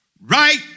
Right